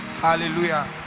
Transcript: hallelujah